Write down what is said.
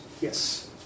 yes